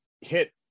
hit